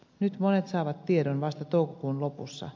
nyt monet saavat tiedon vasta toukokuun lopussa